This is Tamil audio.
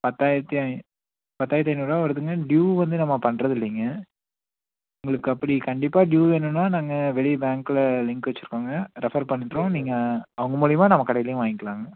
பத்தாயிரத்தி ஐ பத்தாயிரத்தி ஐந்நூறுரூவா வருதுங்க ட்யூ வந்து நம்ம பண்றதில்லைங்க உங்களுக்கு அப்படி கண்டிப்பாக ட்யூ வேணுன்னால் நாங்கள் வெளி பேங்க்கில் லிங்க் வச்சிருக்கோங்க ரெஃபர் பண்ணிடுறோம் நீங்கள் அவங்க மூலிமா நம்ம கடையிலேயும் வாய்ங்கிலாங்க